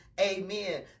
Amen